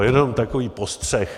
Jenom takový postřeh.